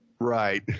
Right